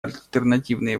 альтернативные